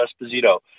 Esposito